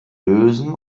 lösen